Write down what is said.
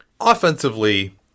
Offensively